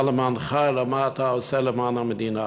למענך אלא מה אתה עושה למען המדינה.